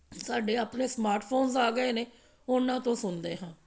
ਸਾਡੇ ਆਪਣੇ ਸਮਾਰਟਫ਼ੋਨਸ ਆ ਗਏ ਨੇ ਉਹਨਾਂ ਤੋਂ ਸੁਣਦੇ ਹਾਂ